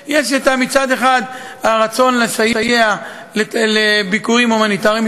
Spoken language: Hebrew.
יש מצד אחד הרצון לסייע לביקורים הומניטריים.